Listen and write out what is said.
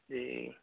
जी